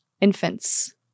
Infants